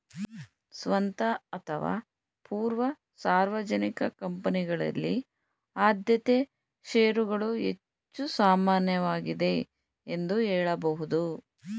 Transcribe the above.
ಸ್ವಂತ ಅಥವಾ ಪೂರ್ವ ಸಾರ್ವಜನಿಕ ಕಂಪನಿಗಳಲ್ಲಿ ಆದ್ಯತೆ ಶೇರುಗಳು ಹೆಚ್ಚು ಸಾಮಾನ್ಯವಾಗಿದೆ ಎಂದು ಹೇಳಬಹುದು